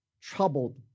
troubled